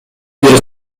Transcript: бир